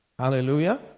Hallelujah